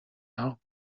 help